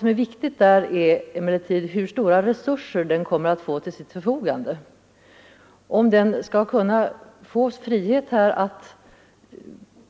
Det viktiga är emellertid hur stora resurser den kommer att få till sitt förfogande — om den skall kunna få frihet att